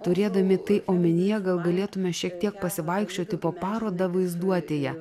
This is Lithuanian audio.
turėdami tai omenyje gal galėtume šiek tiek pasivaikščioti po parodą vaizduotėje